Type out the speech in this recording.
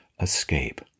escape